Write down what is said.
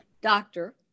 doctor